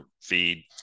feed